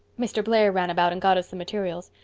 mr. blair ran about and got us the materials.